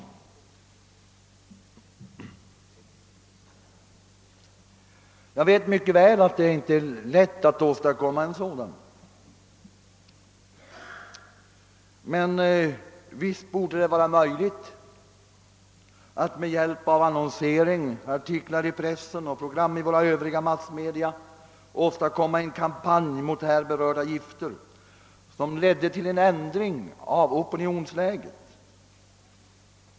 Jag vet mycket väl att det inte är lätt att åstadkomma en sådan, men visst borde det vara möjligt att med hjälp av annonsering, artiklar i pressen och propaganda i våra övriga massmedia föra en kampanj mot här berörda gifter som ledde till en ändring av opinionsläget.